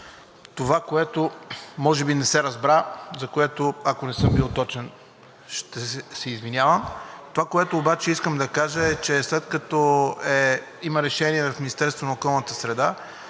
Това, което може би не се разбра, за което, ако не съм бил точен, се извинявам. Това, което обаче искам да кажа, е, че след като има решение в Министерството на околната среда,